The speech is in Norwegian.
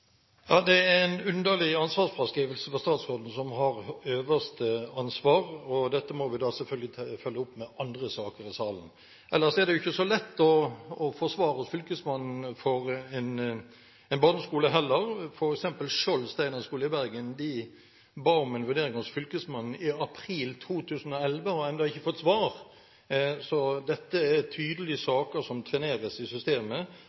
Det er en underlig ansvarsfraskrivelse av statsråden, som har det øverste ansvar. Dette må vi selvfølgelig følge opp med andre saker i salen. Ellers er det heller ikke så lett for en barneskole å få svar fra Fylkesmannen. For eksempel ba Steinerskolen på Skjold i Bergen om en vurdering hos Fylkesmannen i april 2011, og de har ennå ikke fått svar. Så dette er tydelig saker som treneres i systemet,